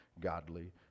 godly